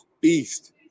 beast